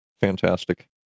Fantastic